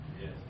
Yes